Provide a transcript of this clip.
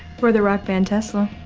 or the rock band, tesla.